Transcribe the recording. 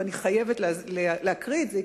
ואני חייבת להקריא את זה,